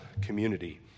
community